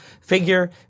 figure